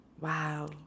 Wow